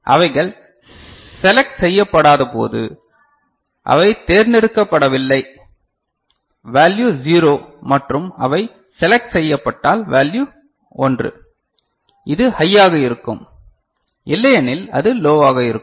அவைகள் செலக்ட் செய்யப்ப்படாதபோது அவை தேர்ந்தெடுக்கப்படவில்லை வேல்யு 0 மற்றும் அவை செலக்ட் செய்யப்ப்பட்டால் வேல்யு 1 அது ஹையாக இருக்கும் இல்லையெனில் அது லோவாக இருக்கும்